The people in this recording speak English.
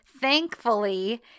thankfully